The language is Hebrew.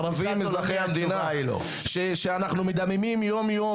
-- בזמן שבתוך הקו הירוק הערבים אזרחי המדינה מדממים יום-יום